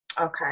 Okay